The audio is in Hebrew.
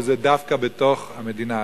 וזה דווקא בתוך המדינה עצמה.